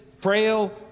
frail